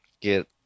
get